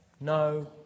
no